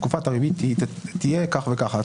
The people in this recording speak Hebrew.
תקופת הריבית תהיה כך וכך.